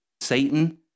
Satan